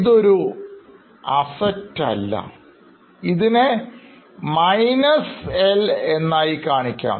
ഇത് ഒരു Asset അല്ല ഇതിനെ Minus L എന്നായി കാണിക്കാം